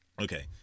Okay